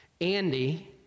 Andy